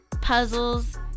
puzzles